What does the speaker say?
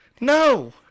No